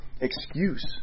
excuse